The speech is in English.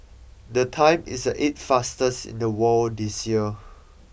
the time is the eighth fastest in the world this year